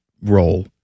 role